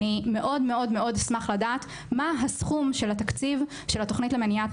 אני מאוד מאוד מאוד אשמח לדעת מה הסכום של התקציב של התוכנית למניעת